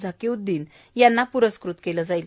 झाकिउद्दीन यांना प्रस्कृत केलं जाईल